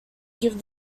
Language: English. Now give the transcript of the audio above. give